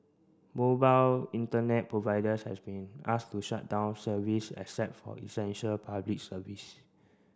Mobile Internet providers has been asked to shut down service except for essential Public Service